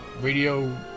radio